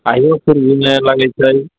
अहियोपुर घूमै बला भी छै